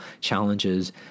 challenges